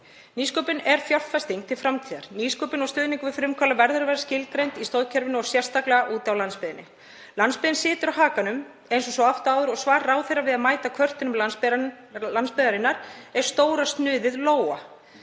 Nýsköpun er fjárfesting til framtíðar. Nýsköpun og stuðningur við frumkvöðla verður að vera skilgreindur í stoðkerfinu og sérstaklega úti á landsbyggðinni. Landsbyggðin situr á hakanum eins og svo oft áður og svar ráðherra til að mæta kvörtunum landsbyggðarinnar er stóra snuðið,